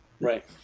Right